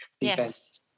Yes